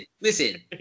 listen